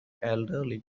elderly